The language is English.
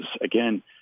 again